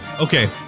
Okay